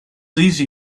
easy